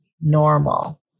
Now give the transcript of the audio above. normal